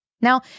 Now